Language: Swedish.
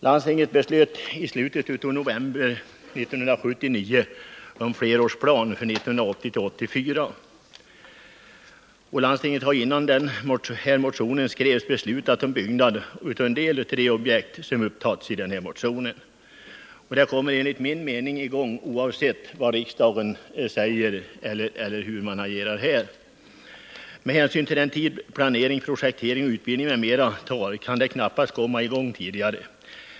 Landstinget beslöt i slutet av november 1979 om flerårsplan för 1980-1984. Innan den socialdemokratiska motionen skrevs hade landstinget beslutat om byggnad av en del av de projekt som tagits upp i motionen. De projekten kommer enligt min mening i gång oavsett hur man agerar här i riksdagen. Med hänsyn till den tid planering, projektering, utbildning m.m. tar kan dessa knappast komma i gång tidigare.